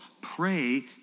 pray